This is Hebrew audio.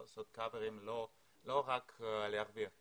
לא לעשות כיסויים ולא רק להרוויח כסף.